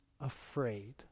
afraid